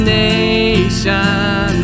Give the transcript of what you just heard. nation